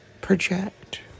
Project